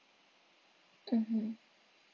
mmhmm